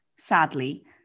Sadly